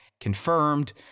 confirmed